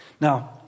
Now